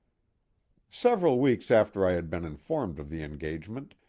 several weeks after i had been informed of the engagement,